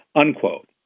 unquote